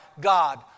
God